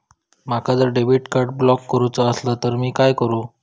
माका जर debit card block करूचा असला तर मी काय करू?